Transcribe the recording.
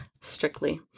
strictly